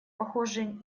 похоже